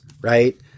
right